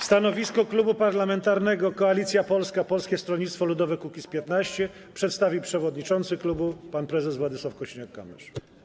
Stanowisko Klubu Parlamentarnego Koalicja Polska - Polskie Stronnictwo Ludowe - Kukiz15 przedstawi przewodniczący klubu pan prezes Władysław Kosiniak-Kamysz.